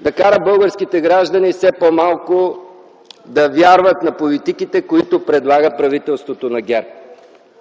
да кара българските граждани все по-малко да вярват на политиките, които предлага правителството на ГЕРБ.